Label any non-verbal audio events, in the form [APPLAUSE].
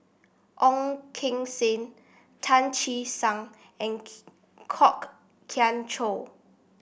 Ong Keng Sen Tan Che Sang and [UNINTELLIGIBLE] Kwok Kian Chow